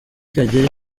kagere